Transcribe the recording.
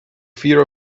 fear